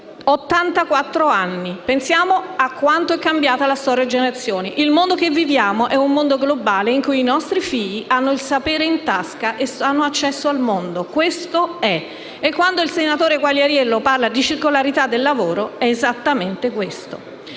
anni. Pensiamo a quanto è cambiata la storia delle generazioni. Il mondo in cui viviamo è un mondo globale, in cui i nostri figli hanno il sapere in tasca ed hanno accesso al mondo. Questo è. E quando il senatore Quagliariello parla di circolarità del lavoro, si riferisce esattamente a questo.